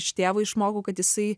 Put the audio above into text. iš tėvo išmokau kad jisai